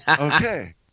Okay